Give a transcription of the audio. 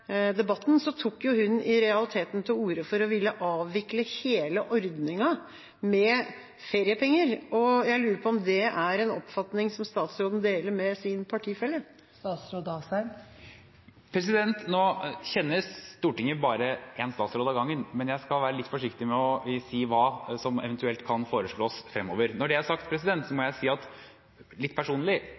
debatten, tok hun i realiteten til orde for å ville avvikle hele ordningen med feriepenger. Jeg lurer på om det er en oppfatning som statsråden deler med sin partifelle. Nå kjenner Stortinget bare en statsråd av gangen, men jeg skal være litt forsiktig med å si hva som eventuelt kan foreslås fremover. Når det er sagt, må jeg si, litt personlig,